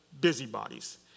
busybodies